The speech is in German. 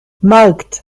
markt